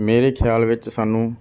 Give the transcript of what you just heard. ਮੇਰੇ ਖਿਆਲ ਵਿੱਚ ਸਾਨੂੰ